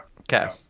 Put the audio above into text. Okay